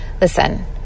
listen